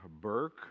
Burke